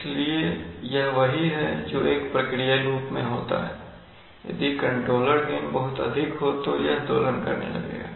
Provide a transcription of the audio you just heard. इसलिए यह वही है जो एक प्रक्रिया लूप में होता है यदि कंट्रोलर गेन बहुत अधिक हो तो यह दोलन करने लगेगा